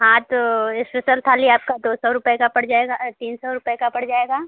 हाँ तो इस्पेसल थाली आपका दो सौ रुपये का पड़ जाएगा तीन सौ रुपये का पड़ जाएगा